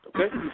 Okay